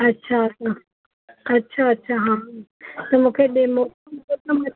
अच्छा अच्छा अच्छा अच्छा हां त मूंखे ॾिनो